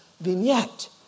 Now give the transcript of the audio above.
vignette